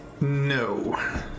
No